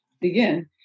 begin